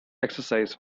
exercise